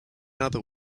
other